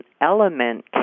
element